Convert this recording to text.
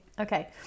Okay